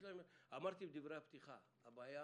אמרתי בדברי הפתיחה: הבעיה